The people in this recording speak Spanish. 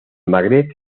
magreb